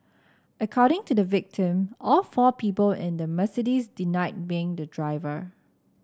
according to victim all four people in the Mercedes denied being the driver